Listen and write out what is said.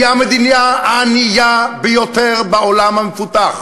היא המדינה הענייה ביותר בעולם המפותח.